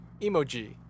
emoji